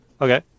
Okay